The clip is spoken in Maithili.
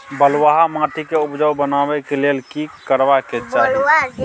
बालुहा माटी के उपजाउ बनाबै के लेल की करबा के चाही?